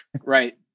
Right